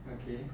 okay